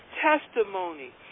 testimony